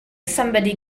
somebody